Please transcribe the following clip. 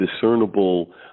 discernible